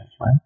right